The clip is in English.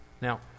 Now